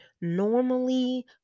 normally